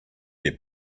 get